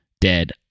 dead